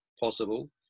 possible